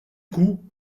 coup